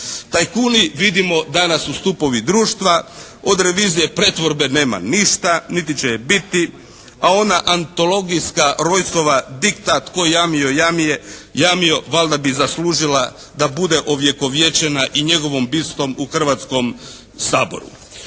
Tajkuni vidimo danas su stupovi društva, od revizije pretvorbe nema ništa niti je će biti a ona antologijska Rojsova diktat: "Tko je ja jamio jamio." Valjda bi zaslužila da bude ovjekovječena i njegovom bistom u Hrvatskom saboru.